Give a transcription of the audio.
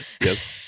Yes